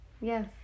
Yes